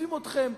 מחליפים אתכם.